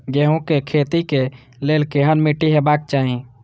गेहूं के खेतीक लेल केहन मीट्टी हेबाक चाही?